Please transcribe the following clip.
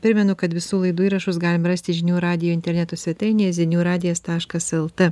primenu kad visų laidų įrašus galima rasti žinių radijo interneto svetainėje ziniu radijas taškas lt